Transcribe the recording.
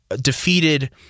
defeated